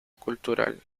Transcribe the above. cultural